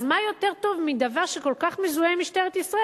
אז מה יותר טוב מדבר שכל כך מזוהה עם משטרת ישראל,